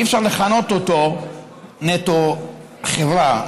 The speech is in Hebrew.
ואי-אפשר לכנות אותו "נטו חברה",